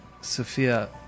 Sophia